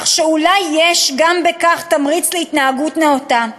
כך שאולי יש גם בכך תמריץ להתנהגות נאותה,